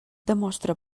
demostra